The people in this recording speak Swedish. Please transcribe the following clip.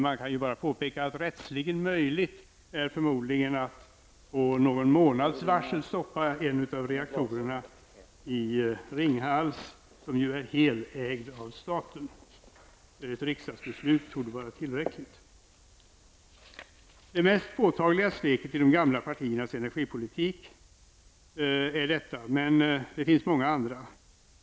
Jag kan bara påpeka att ''rättsligen möjligt'' förmodligen är att på någon månads varsel stoppa en av reaktorerna i Ringhals, som ju är helägd av staten. Ett riksdagsbeslut torde vara tillräckligt. Detta är de mest påtagliga sveken i de gamla partiernas energipolitik, men det finns många andra.